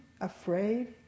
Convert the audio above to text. afraid